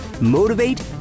Motivate